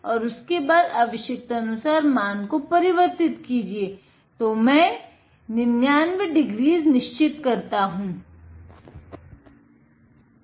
तो 99 डिग्रीज के लिए मै 99 डीग्रीस निश्चित करूंगा